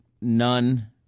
none